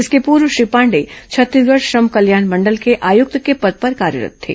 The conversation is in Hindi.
इसके पूर्व श्री पांडेय छत्तीसगढ़ श्रम कल्याण मंडल के आयुक्त के पद पर कार्यरत् थे